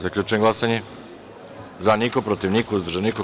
Zaključujem glasanje: za – jedan, protiv – niko, uzdržan – niko.